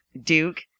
Duke